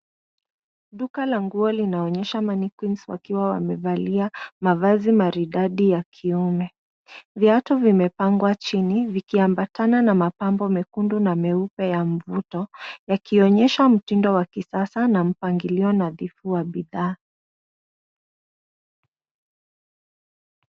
Duka la nguo linaonyesha mannequins wakiwa wamevalia mavazi maridadi ya kiume. Viatu vimepangwa chini vikiambatana na mapambo mekundu na meupe ya mvuto yakionyesha mtindo wa kisasa na mpangilio nadhifu wa bidhaa.